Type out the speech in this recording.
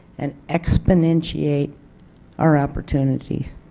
and exponentiate our opportunities.